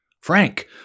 Frank